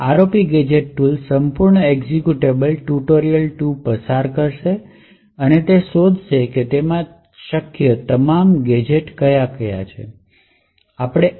ROP gadget tool સંપૂર્ણ executable tutorial 2 પસાર કરશે અને તે શોધી શકે તે તમામ શક્ય ગેજેટ્સ ને ઓળખી શકશે